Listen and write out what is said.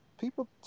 People